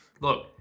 Look